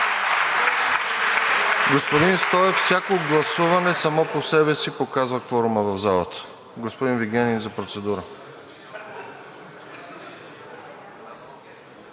Господин Стоев, всяко гласуване само по себе си показва кворума в залата. Господин Вигенин – за процедура.